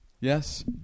Yes